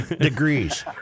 degrees